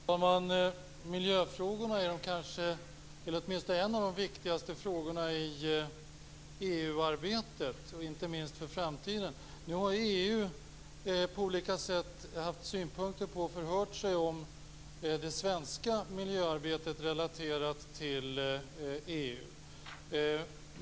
Herr talman! Miljöfrågan är en av de viktigaste frågorna i EU-arbetet, inte minst för framtiden. Nu har EU på olika sätt haft synpunkter på och förhört sig om det svenska miljöarbetet relaterat till EU.